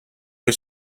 was